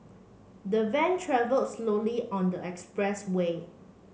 the van travelled slowly on the expressway